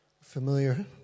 familiar